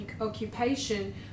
occupation